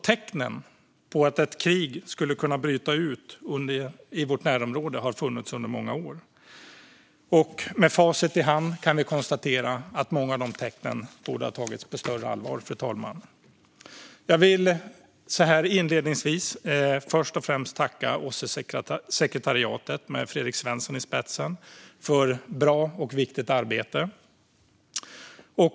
Tecknen på att ett krig skulle kunna bryta ut i vårt närområde har funnits under många år, och med facit i hand, fru talman, kan vi konstatera många av dessa tecken borde ha tagits på större allvar. Jag vill inledningsvis först och främst tacka OSSE-sekretariatet, med Fredrik Svensson i spetsen, för ett bra och viktigt arbete.